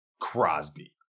Crosby